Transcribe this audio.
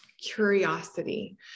curiosity